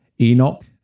Enoch